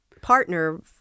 partner